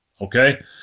Okay